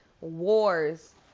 Wars